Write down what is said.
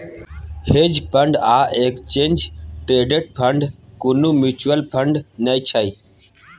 hedge fund आ exchange traded fund कुनु mutual fund नै छै